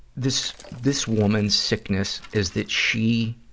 this, this woman's sickness is that she